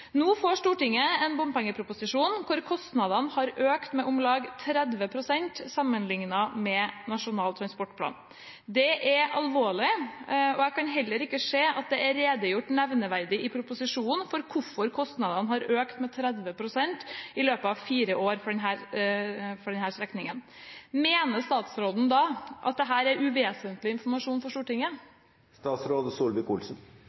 Nå får Stortinget en bompengeproposisjon hvor kostnadene har økt med om lag 30 pst. sammenlignet med Nasjonal transportplan. Det er alvorlig, og jeg kan heller ikke se at det er redegjort nevneverdig i proposisjonen for hvorfor kostnadene har økt med 30 pst. i løpet av fire år for denne strekningen. Mener statsråden at dette er uvesentlig informasjon for